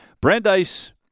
Brandeis